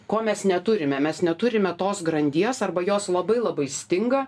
ko mes neturime mes neturime tos grandies arba jos labai labai stinga